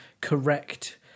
correct